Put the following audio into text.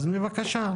אז בבקשה.